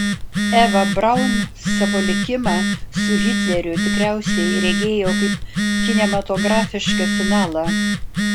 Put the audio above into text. eva braun savo likimą su hitleriu tikriausiai regėjo kaip kinematografišką finalą